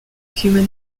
human